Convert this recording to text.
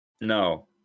No